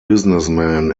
businessmen